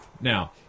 Now